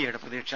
എയുടെ പ്രതീക്ഷ